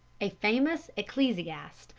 a famous ecclesiast,